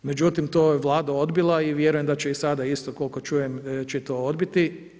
Međutim, to je Vlada odbila i vjerujem da će i sada isto, koliko čujem će to odbiti.